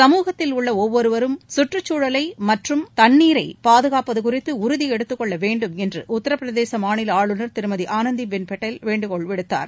சமூகத்திலுள்ள ஒவ்வொருவரும் சுற்றுச்சூழல் மற்றும் தண்ணீரை பாதுகாப்பது குறித்து உறுதி எடுத்துக்கொள்ள வேண்டும் என்று உத்திர பிரதேச மாநில ஆளுநர் திருமதி ஆளந்தி பட்டேல் வேண்டுகோள் விடுத்தார்